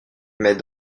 mais